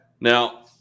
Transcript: Now